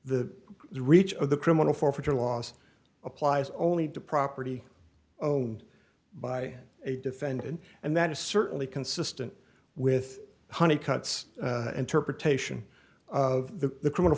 the reach of the criminal forfeiture laws applies only to property owned by a defendant and that is certainly consistent with honey cutts interpretation of the criminal